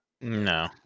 No